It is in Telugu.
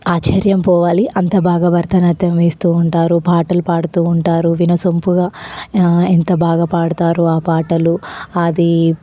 ఆశ్చర్యం పోవాలి అంత బాగా భరతనాట్యం వేస్తు ఉంటారు పాటలు పాడుతూ ఉంటారు వినసొంపుగా ఎంత బాగా పాడుతారు ఆ పాటలు అది